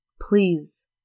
Please